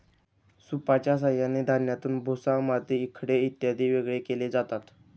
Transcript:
सूपच्या साहाय्याने धान्यातून भुसा, माती, खडे इत्यादी वेगळे केले जातात